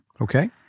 Okay